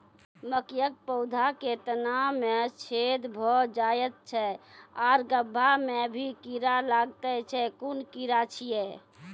मकयक पौधा के तना मे छेद भो जायत छै आर गभ्भा मे भी कीड़ा लागतै छै कून कीड़ा छियै?